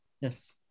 Yes